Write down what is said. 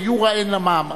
דה-יורה אין לה מעמד.